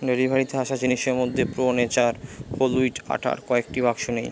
ডেলিভারিতে আসা জিনিসের মধ্যে প্রো নেচার হোল হুইট আটার কয়েকটি বাক্স নেই